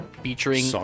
featuring